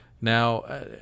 Now